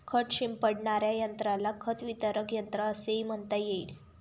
खत शिंपडणाऱ्या यंत्राला खत वितरक यंत्र असेही म्हणता येईल